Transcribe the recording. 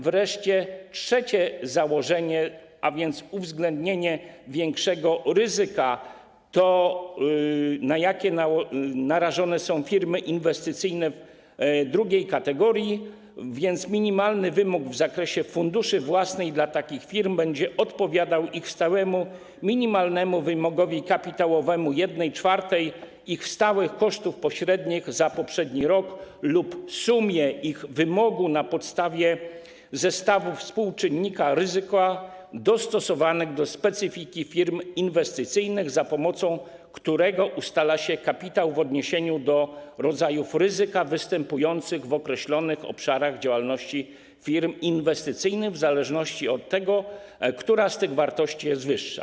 Wreszcie trzecie założenie, czyli uwzględnienie większego ryzyka, na jakie narażone są firmy inwestycyjne drugiej kategorii, więc minimalny wymóg w zakresie funduszy własnych dla takich firm będzie odpowiadał ich stałemu minimalnemu wymogowi kapitałowemu 1/4 ich stałych kosztów pośrednich za poprzedni rok lub sumie ich wymogu na podstawie zestawów współczynnika ryzyka dostosowanych do specyfiki firm inwestycyjnych, za pomocą którego ustala się kapitał w odniesieniu do rodzajów ryzyka występujących w określonych obszarach działalności firm inwestycyjnych w zależności od tego, która z tych wartości jest wyższa.